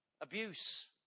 Abuse